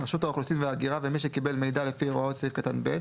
רשות האוכלוסין וההגירה ומי שקיבל מידע לפי הוראות סעיף קטן (ב)